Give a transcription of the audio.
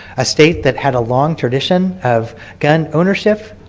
a state that had a long tradition of gun ownership.